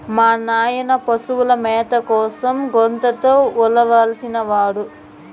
మా నాయన పశుల మేత కోసం గోతంతో ఉలవనిపినాడు